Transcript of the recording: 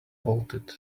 bolted